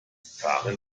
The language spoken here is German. fahren